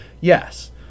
yes